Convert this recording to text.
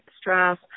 stress